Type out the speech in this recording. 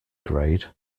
grade